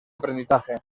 aprendizaje